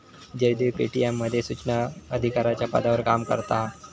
Jaydev Paytm मध्ये सुचना अधिकाराच्या पदावर काम करता हा